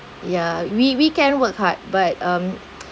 ya we we can work hard but um